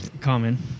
common